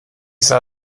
sah